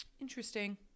interesting